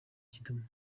kidumu